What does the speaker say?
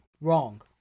Wrong